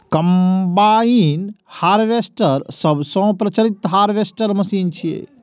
combine harvester सबसं प्रचलित harvester machine छियै